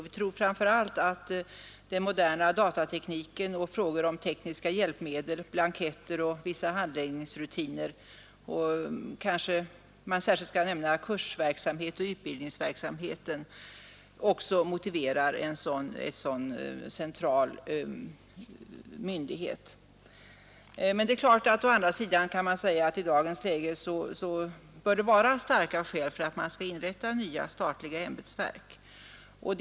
Vi tror att den moderna datatekniken och andra tekniska hjälpmedel, blanketter, vissa handläggningsrutiner och inte minst kurser och utbild ningsverksamhet motiverar en central myndighet. Å andra sidan kan man säga att i dagens läge bör det vara starka skäl för att nya statliga ämbetsverk skall inrättas.